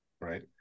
right